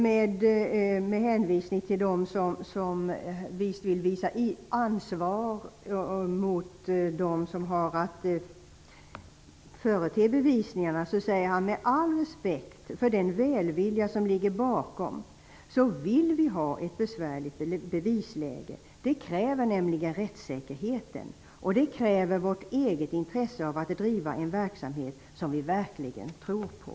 Med hänvisning till dem som visligen visar ansvar mot dem som har att förete bevisningarna säger riksåklagaren: ''Med all respekt för den välvilja som ligger bakom vill vi ha ett besvärligt bevisläge. Det kräver rättssäkerheten, och det kräver vårt eget intresse av att driva en verksamhet som vi verkligen tror på.''